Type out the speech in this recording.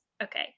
Okay